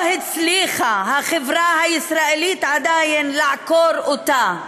החברה הישראלית לא הצליחה עדיין לעקור אותה.